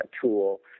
tool